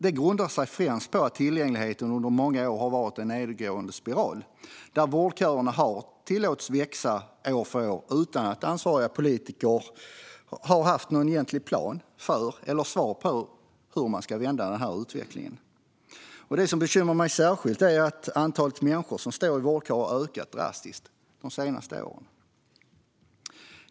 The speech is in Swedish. Det grundar sig främst på att det under många år har varit en nedåtgående spiral när det gäller tillgängligheten. Vårdköerna har tillåtits växa år efter år utan att ansvariga politiker har haft någon egentlig plan för eller svar på hur denna utveckling ska kunna vändas. Det som bekymrar mig särskilt är att antalet människor som står i vårdköer har ökat drastiskt under de senaste åren.